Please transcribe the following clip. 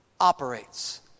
operates